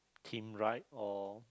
team right or